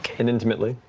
and intimately.